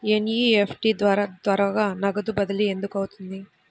NEFT ద్వారా త్వరగా నగదు బదిలీ ఎందుకు అవుతుంది?